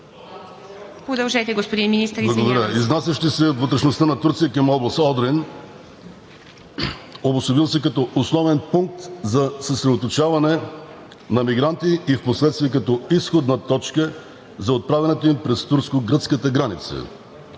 Благодаря. …изнасящи се във вътрешността на Турция към област Одрин, обособил се като основен пункт за съсредоточаване на мигранти и впоследствие като изходна точка за отправяне през турско-гръцката граница.